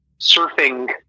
surfing